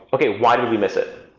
okay, why do we miss it?